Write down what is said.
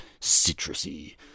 citrusy